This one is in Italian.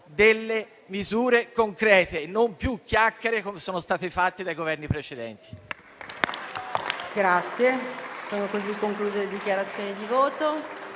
con misure concrete e non più con le chiacchiere che sono state fatte dai Governi precedenti.